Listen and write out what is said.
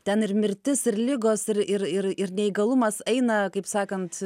ten ir mirtis ir ligos ir ir ir ir neįgalumas eina kaip sakant